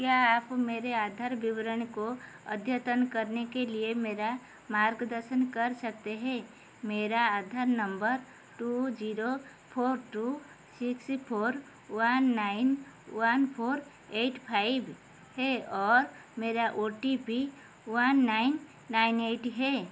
क्या आप मेरे आधार विवरण को अद्यतन करने के लिए मेरा मार्गदर्शन कर सकते हैन मेरा Aadhaar number two zero four two six four one nine one four eight five है और मेरा O T P one nine nine eight है